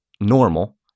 normal